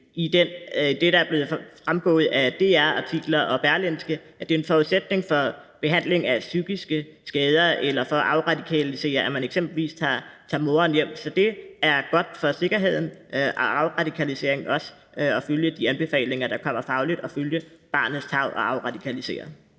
af det, der er fremgået af DR-artikler og Berlingske, nemlig at det er en forudsætning for behandling af psykiske skader eller for at afradikalisere dem, at man eksempelvis tager moren hjem. Så det er godt for sikkerheden at afradikalisere og følge de anbefalinger, der kommer fagligt – også af hensyn til barnets tarv.